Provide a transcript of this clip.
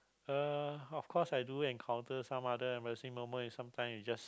uh of course I do encounter some other embarrassing moment if sometime you just